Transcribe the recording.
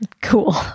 Cool